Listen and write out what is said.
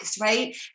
right